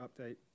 update